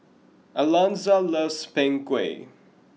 Alonza loves Png Kueh